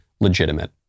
legitimate